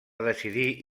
decidir